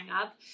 up